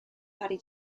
parry